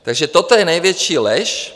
Takže toto je největší lež.